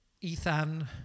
Ethan